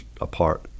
apart